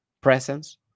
presence